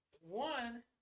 one